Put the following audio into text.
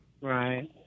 Right